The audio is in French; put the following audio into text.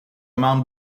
membres